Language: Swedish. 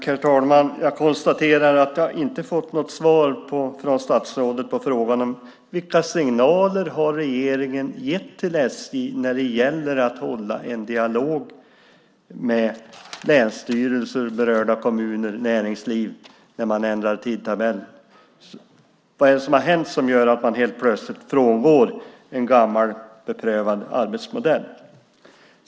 Herr talman! Jag konstaterar att jag inte har fått något svar från statsrådet på frågan om vilka signaler regeringen har gett till SJ när det gäller att hålla en dialog med länsstyrelser, berörda kommuner och näringsliv när man ändrar tidtabellen. Vad är det som har hänt som gör att man helt plötsligt frångår en gammal beprövad arbetsmodell?